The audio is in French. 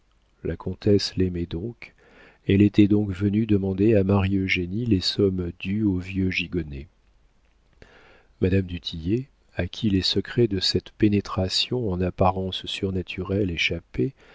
la comtesse l'aimait donc elle était donc venue demander à marie eugénie les sommes dues au vieux gigonnet madame du tillet à qui les secrets de cette pénétration en apparence surnaturelle échappaient